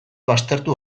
baztertu